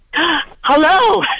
Hello